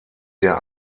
der